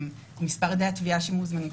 מספר עדי התביעה שמוזמנים,